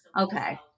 okay